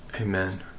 amen